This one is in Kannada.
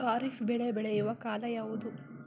ಖಾರಿಫ್ ಬೆಳೆ ಬೆಳೆಯುವ ಕಾಲ ಯಾವುದು?